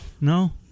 no